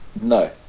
No